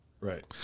Right